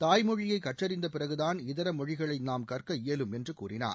தாய்மொழியை கற்றறிந்த பிறகுதான் இதர மொழிகளை நாம் கற்க இயலும் என்று அவர் கூறினார்